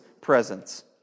presence